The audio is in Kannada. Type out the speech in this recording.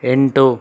ಎಂಟು